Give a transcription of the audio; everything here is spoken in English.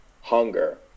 hunger